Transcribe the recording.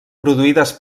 produïdes